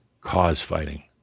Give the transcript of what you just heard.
cause-fighting